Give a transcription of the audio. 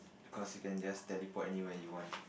cause you can just teleport anywhere you want